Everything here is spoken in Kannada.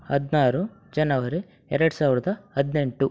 ಹದಿನಾರು ಜನವರಿ ಎರಡು ಸಾವಿರದ ಹದಿನೆಂಟು